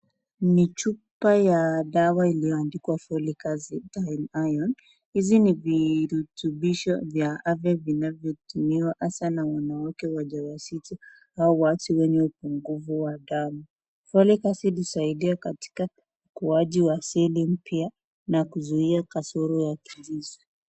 Ni chupa ya dawa iliyoandikwa Folic acid and Iron . Hizi ni virutubisho vya afya vinavyotumiwa hasa na wanawake wajawazito au watu wenye upungufu wa damu. Folic acid husaidia katika ukuaji wa seli mpya na kuzuia kasoro ya kijusi.